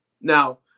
Now